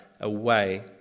away